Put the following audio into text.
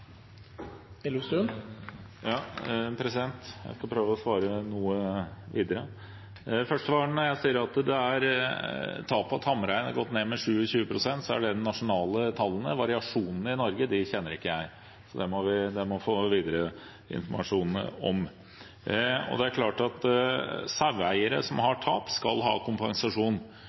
når jeg sier at tapet av tamrein har gått ned med 27 pst., gjelder det de nasjonale tallene. Variasjonen i Norge kjenner jeg ikke, det må jeg få mer informasjon om. Det er klart at saueeiere som har tap, skal ha kompensasjon.